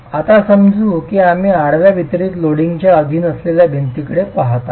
आता समजू की आम्ही आडव्या वितरित लोडिंगच्या अधीन असलेल्या भिंतीकडे पहात आहोत